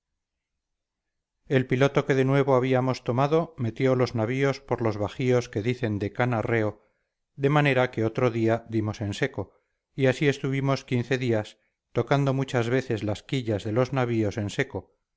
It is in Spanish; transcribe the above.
el piloto que de nuevo habíamos tomado metió los navíos por los bajíos que dicen de canarreo de manera que otro día dimos en seco y así estuvimos quince días tocando muchas veces las quillas de los navíos en seco